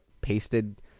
pasted